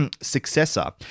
successor